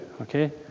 okay